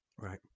Right